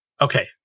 okay